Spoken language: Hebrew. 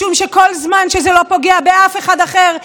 משום שכל זמן שזה לא פוגע באף אחד אחר,